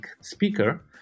speaker